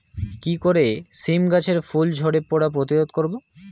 কি করে সীম গাছের ফুল ঝরে পড়া প্রতিরোধ করব?